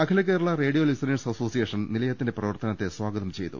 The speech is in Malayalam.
അഖിലകേരള റേഡിയോ ലിസണേഴ്സ് അസോസി യേഷൻ നിലയത്തിന്റെ പ്രവർത്തനത്തെ സ്വാഗതം ചെയ്തു